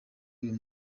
uyu